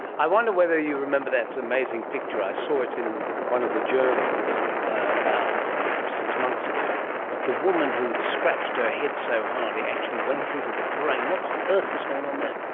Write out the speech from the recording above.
i wonder whether you remember that amazing picture. i saw it in one of the journals about six months ago of the woman who had scratched her head so hard it actually went through to the brain. what on earth was going on there?